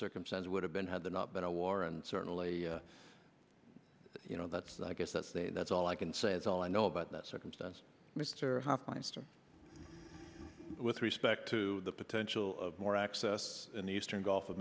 circumstance would have been had there not been a war and certainly you know that's i guess that's the that's all i can say is all i know about that circumstance mr hofmeister with respect to the potential of more access in the eastern gulf of